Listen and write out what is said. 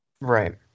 Right